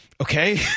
Okay